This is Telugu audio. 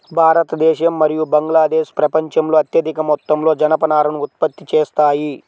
భారతదేశం మరియు బంగ్లాదేశ్ ప్రపంచంలో అత్యధిక మొత్తంలో జనపనారను ఉత్పత్తి చేస్తాయి